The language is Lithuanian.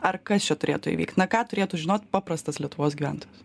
ar kas čia turėtų įvykt na ką turėtų žinoi paprastas lietuvos gyventojas